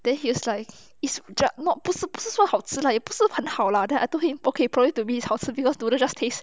then he was like is got not 不是不是说好吃 leh 也不是很好 lah then I told him okay probably to me is 好吃 because to me just taste